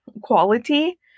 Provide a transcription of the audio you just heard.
quality